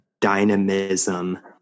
dynamism